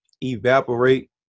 evaporate